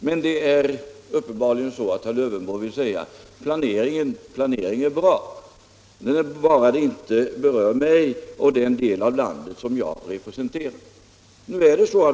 Men herr Lövenborg vill uppenbarligen säga att planering är 15 bra, bara den inte berör honom själv och den del av landet som han representerar.